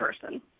person